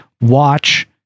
watch